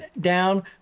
down